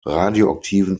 radioaktiven